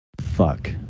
Fuck